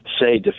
say